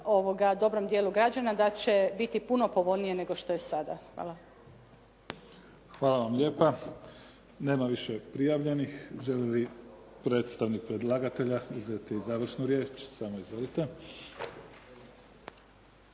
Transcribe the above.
nego i dobrom djelu građana, da će biti puno povoljnije nego što je sada. Hvala. **Mimica, Neven (SDP)** Hvala vam lijepa. Nema više prijavljenih. Želi li predstavnik predlagatelja uzeti završnu riječ? Samo izvolite.